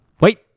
Wait